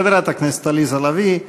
חברת הכנסת עליזה לביא.